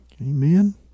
Amen